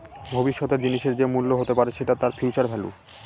ভবিষ্যতের জিনিসের যে মূল্য হতে পারে সেটা তার ফিউচার ভেল্যু